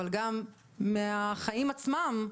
אבל גם מהחיים עצמם,